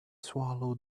swallow